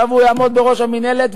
עכשיו הוא יעמוד בראש המינהלת,